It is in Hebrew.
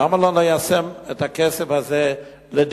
למה לא לתת את הכסף הזה לדיור,